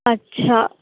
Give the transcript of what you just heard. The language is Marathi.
अच्छा